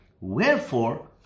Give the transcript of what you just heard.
Wherefore